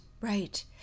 right